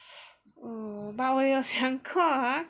hmm but 我有想过 ah